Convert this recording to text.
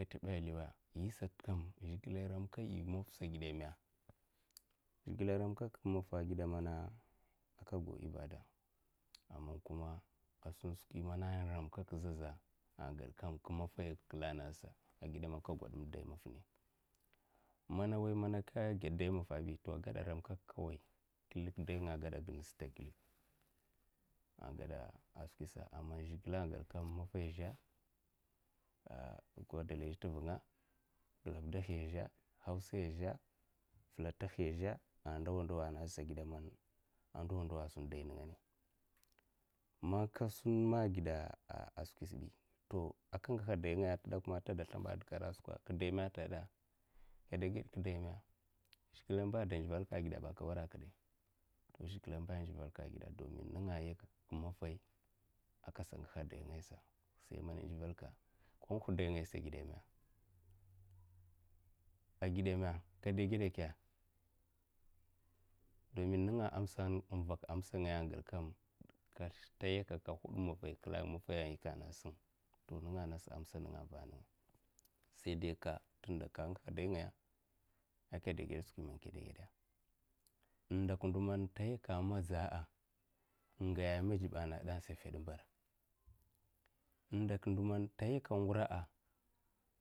Kataba lawa yisatkam zhikle ramkaya mattaisa a gedame zhikle ramkaka maffsa a gida mana a kago ibada amam ka sum skwi mana ramkaka zaza a gudkam ka maffai kla a nageda mana a wai ka ged dai maffabi a geda ramkaksa kawai dainga a gieda ginna stad klik a geda skwisa a man zhikle a ged kam. maffai zhe a gwada lai azhe glivdaiya a zha hawsaya zha pilata hiya. zhe a ndowa ndowa a nagedsa agudame a ndowa ndowa sun dai. ningane ma ka sum ma gida'a to a ka ngiha dai ngaya ta dakwa ma tada slimbadikad ara skwa'a ka daima a ta gedaka kada ged kadai ma ndo a mba de ndivil ka a geda ka dai ma zhikle mba da divilka a gidaba. a ka wara kide zhikle mba ndivelka dumin zhikle yakakka ka maffai a kasa ngiha a dai nga iya. a ka da ged skwi man kada geda'a, indok ndi man ta yika madza'a in ngaya a madzba a nageda a sa fed mbar indok ndo man tayaka ngura'a.